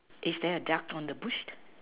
is there a duck on the bush